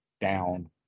down